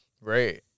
Right